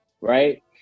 right